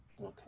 Okay